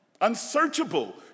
Unsearchable